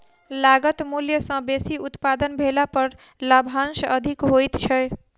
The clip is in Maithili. लागत मूल्य सॅ बेसी उत्पादन भेला पर लाभांश अधिक होइत छै